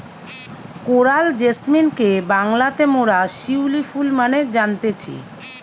coral জেসমিনকে বাংলাতে মোরা শিউলি ফুল মানে জানতেছি